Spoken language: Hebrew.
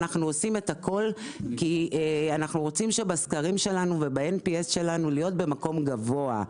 אנחנו עושים את הכול כי אנחנו רוצים שבסקרים שלנו נהיה במקום גבוה,